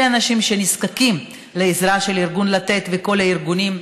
אלה האנשים שנזקקים לעזרה של ארגון לתת וכל הארגונים.